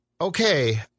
okay